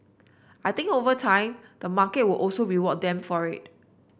I think over time the market will also reward them for it